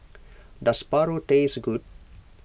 does Paru taste good